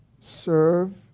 serve